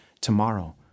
tomorrow